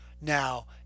now